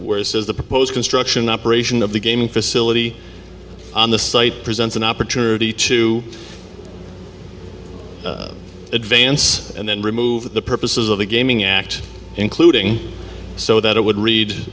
proposed construction operation of the gaming facility on the site presents an opportunity to advance and then remove the purposes of the gaming act including so that it would read